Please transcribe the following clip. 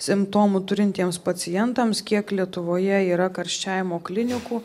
simptomų turintiems pacientams kiek lietuvoje yra karščiavimo klinikų